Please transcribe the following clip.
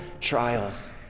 trials